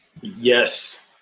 yes